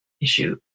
issue